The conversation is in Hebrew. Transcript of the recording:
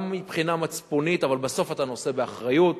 גם מבחינה מצפונית, אבל בסוף אתה נושא באחריות.